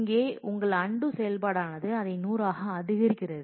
இங்கே உங்கள் அன்டூ செயல்பாடு ஆனது அதை 100 ஆக அதிகரிக்கிறது